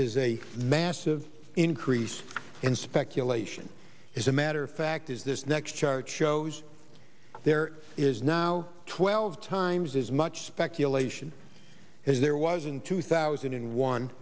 is a massive increase in speculation as a matter of fact is this next chart shows there is now twelve times as much speculation is there was in two thousand and one